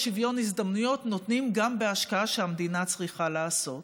ושוויון הזדמנויות נותנים גם בהשקעה שהמדינה צריכה לעשות.